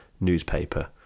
Newspaper